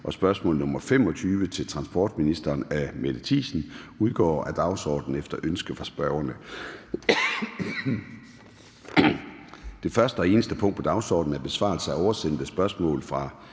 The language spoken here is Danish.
spørgsmål nr. 25 til transportministeren af Mette Thiesen (DF) (spm. nr. S 157) udgår af dagsordenen efter ønske fra spørgerne. --- Det eneste punkt på dagsordenen er: 1) Besvarelse af oversendte spørgsmål til